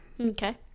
Okay